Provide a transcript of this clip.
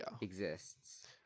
exists